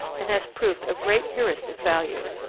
and has proved of great heuristic value.